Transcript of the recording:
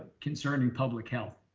concerning public health.